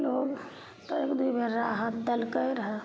ओ तऽ एक दू बेर राहत देलकय रहऽ